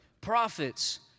Prophets